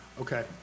okay